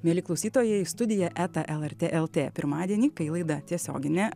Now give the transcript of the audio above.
mieli klausytojai studija eta lrt lt pirmadienį kai laida tiesioginė